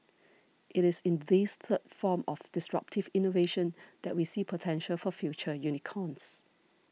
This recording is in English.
it is in this third form of disruptive innovation that we see potential for future unicorns